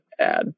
add